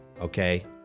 Okay